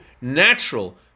natural